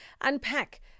unpack